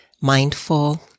mindful